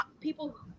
people